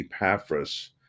Epaphras